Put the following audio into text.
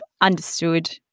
understood